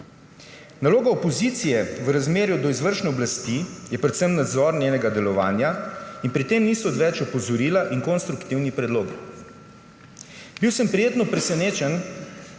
Nalogo opozicije v razmerju do izvršne oblasti je predvsem nadzor njenega delovanja in pri tem niso odveč opozorila in konstruktivni predlogi. Bil sem prijetno presenečen,